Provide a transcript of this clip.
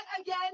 again